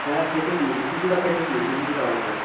হ্যাঁ ফেটে গিয়েছে কিছুটা ফেটে গিয়েছে কিছুটা অংশ